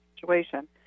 situation